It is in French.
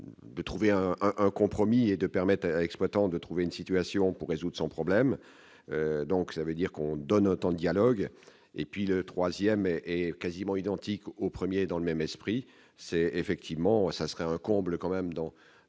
de trouver un un compromis et de permettre à l'exploitant de trouver une situation pour résoudre son problème, donc ça veut dire qu'on donne autant dialogue et puis le 3ème est quasiment identique au 1er dans le même esprit, c'est effectivement ça serait un comble, quand même, dans